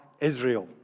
Israel